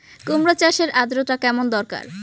কুমড়ো চাষের আর্দ্রতা কেমন দরকার?